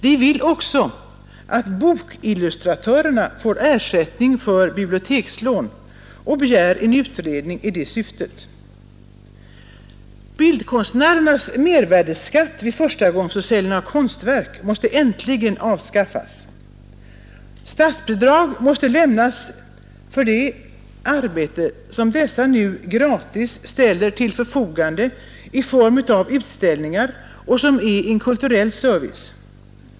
Vi vill också att bokillustratörerna får ersättning för bibliotekslån och begär en utredning i detta syfte. Bildkonstnärernas mervärdeskatt vid förstagångsförsäljning av konstverk måste äntligen avskaffas. Statsbidrag måste lämnas för det arbete som dessa nu gratis ställer till förfogande i form av utställningar och som är en kulturell service.